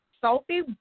Sophie